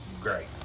great